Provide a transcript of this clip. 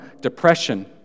depression